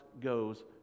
goes